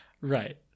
Right